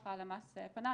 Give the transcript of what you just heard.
ככה הלמ"ס פנה.